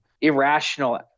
irrational